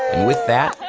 with that,